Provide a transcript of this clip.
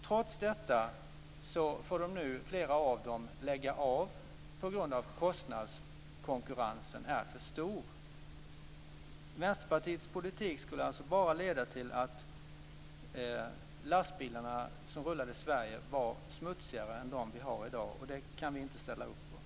Trots detta får flera av dem nu lägga av på grund av att kostnadskonkurrensen är för stor. Vänsterpartiets politik skulle alltså bara leda till att lastbilar som rullar i Sverige blir smutsigare än dem vi har i dag, och det kan vi inte ställa upp på.